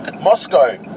Moscow